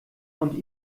und